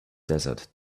desert